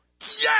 Yes